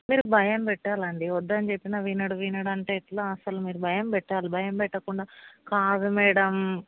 మీరు భయం పెట్టలాండి వద్దని చెప్పినా వినడు వినడు అంటే ఎట్లా అసలు మీరు భయం పెట్టాలి మీరు భయం పెట్టకుండా కాదు మ్యాడమ్